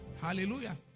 Hallelujah